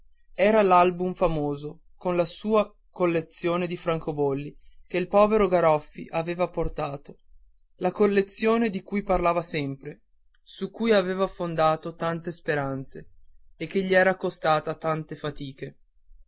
era l'album famoso con la sua collezione di francobolli che il povero garoffi aveva portato la collezione di cui parlava sempre su cui aveva fondato tante speranze e che gli era costata tante fatiche